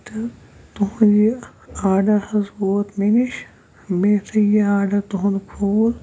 تہٕ تُہُنٛد یہِ آرڈر حظ ووت مےٚ نِش مےٚ یُتھُے یہِ آرڈر تُہُنٛد کھوٗل